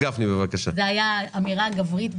זה לא יוזיל את מחירי הדירות.